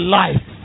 life